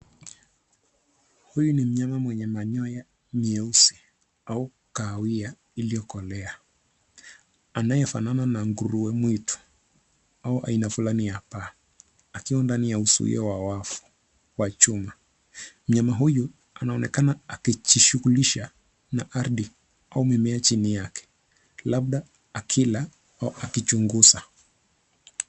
Huyu ni mnyama mwenye manyoya myeusi au kahawia iliyokolea anayefanana na nguruwe mwitu au aina fulani ya paa akiwa ndani ya uzuio wa wavu wa chuma. Mnyama huyu anaonekana akijishughulisha na ardhi au mimea chini yake labda akila au akichunguza.